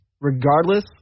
Regardless